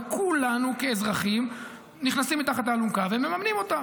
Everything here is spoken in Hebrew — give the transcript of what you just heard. וכולנו כאזרחים נכנסים מתחת לאלונקה ומממנים אותה.